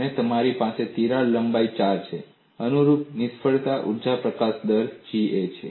અને મારી પાસે તિરાડ લંબાઈ 4 છે અનુરૂપ નિષ્ફળતા ઊર્જા પ્રકાશન દર GA છે અને